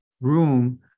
room